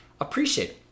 appreciate